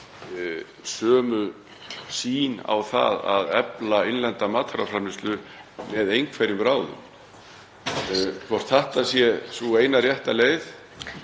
sömu sýn á það að efla innlenda matvælaframleiðslu með einhverjum ráðum. Hvort þetta sé hin eina rétta leið